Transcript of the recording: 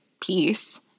Peace